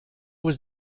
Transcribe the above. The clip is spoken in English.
was